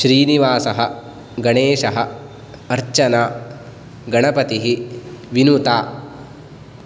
श्रीनिवासः गणेशः अर्चना गणपतिः विनुता